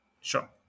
sure